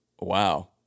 wow